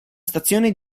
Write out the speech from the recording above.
stazione